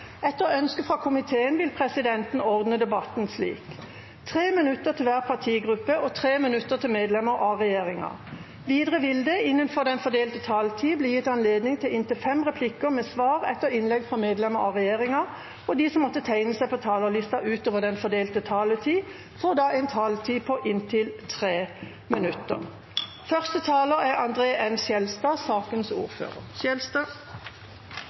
Etter ønske fra justiskomiteen vil presidenten ordne debatten slik: 5 minutter til hver partigruppe og 5 minutter til medlemmer av regjeringa. Videre vil det – innenfor den fordelte taletid – bli gitt anledning til inntil fem replikker med svar etter innlegg fra medlemmer av regjeringa, og de som måtte tegne seg på talerlista utover den fordelte taletid, får en taletid på inntil 3 minutter.